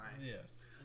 Yes